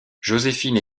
joséphine